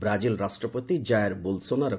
Brazil ରାଷ୍ଟ୍ରପତି Jair Bolsonaro